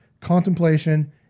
contemplation